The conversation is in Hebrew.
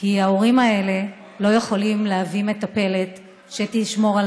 כי ההורים האלה לא יכולים להביא מטפלת שתשמור על